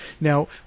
Now